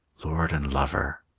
lord and lover,